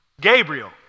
Gabriel